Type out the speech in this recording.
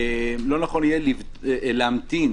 להמתין